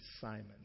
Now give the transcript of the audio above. Simon